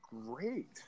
great